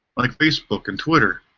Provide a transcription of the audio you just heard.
like facebook and twitter.